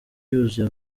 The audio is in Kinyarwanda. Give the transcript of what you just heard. yuzuye